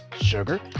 sugar